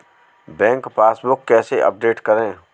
Bank passbook कैसे update करें?